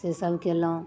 से सब कयलहुँ